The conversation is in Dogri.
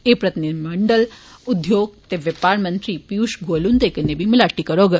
एह् प्रतिनिधिमंडल उद्योग ते व्यौपार मंत्री पियूष गोयल हुन्दे कन्नै बी मलाटी करौग